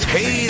Hey